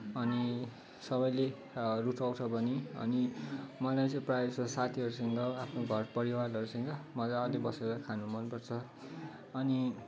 अनि सबैले रुचाउँछ पनि अनि मलाई चाहिँ प्रायःजस्तो साथीहरूसँग आफ्नो घरपरिवारहरूसँग मजाले बसेर खानु मनपर्छ अनि